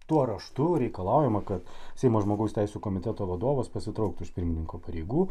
tuo raštu reikalaujama kad seimo žmogaus teisių komiteto vadovas pasitrauktų iš pirmininko pareigų